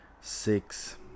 six